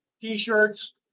t-shirts